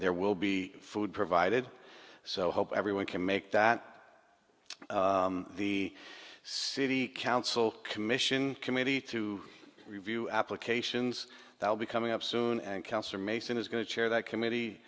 e will be food provided so hope everyone can make that the city council commission committee to review applications that will be coming up soon and councillor mason is going to chair that committee